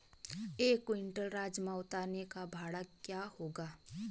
एक क्विंटल राजमा उतारने का भाड़ा क्या होगा?